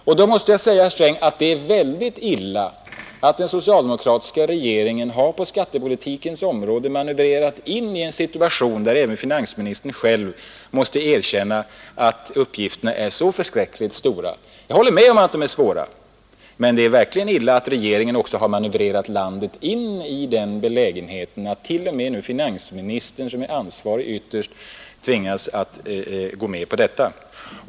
Då måste jag säga herr Sträng att det är synnerligen illa att den socialdemokratiska regeringen på skattepolitikens område har manövrerat oss in i en situation där även finansministern själv måste erkänna att uppgifterna är så förskräckligt svåra. Jag håller med om att de är svåra, och det är verkligen illa att regeringen har manövrerat landet in i en sådan belägenhet att t.o.m. finansministern, som ytterst är ansvarig, tvingas att medge detta.